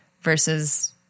versus